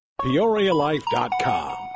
PeoriaLife.com